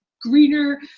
greener